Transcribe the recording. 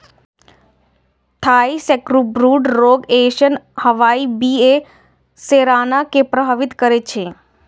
Thai sacbrood रोग Asian hive बी.ए सेराना कें प्रभावित करै छै